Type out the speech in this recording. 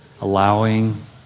allowing